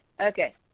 okay